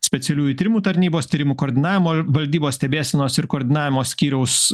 specialiųjų tyrimų tarnybos tyrimų koordinavimo valdybos stebėsenos ir koordinavimo skyriaus